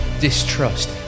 distrust